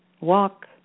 walk